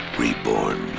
reborn